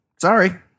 Sorry